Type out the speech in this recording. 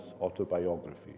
autobiography